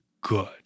good